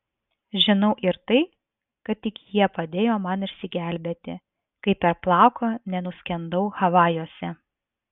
žinau ir tai kad tik jie padėjo man išsigelbėti kai per plauką nenuskendau havajuose